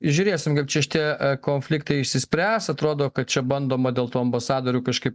žiūrėsim kaip čia šitie konfliktai išsispręs atrodo kad čia bandoma dėl tų ambasadorių kažkaip